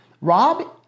Rob